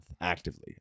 actively